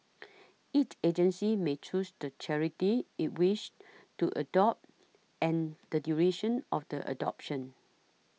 each agency may choose the charity it wishes to adopt and the duration of the adoption